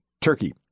Turkey